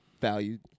value